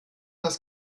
das